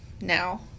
now